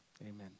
amen